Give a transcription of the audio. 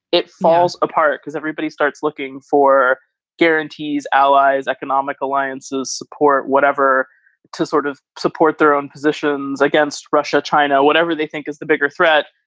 it falls apart because everybody starts looking for guarantees, allies, economic alliances, support whatever to sort of support their own positions against russia, china, whatever they think is the bigger threat.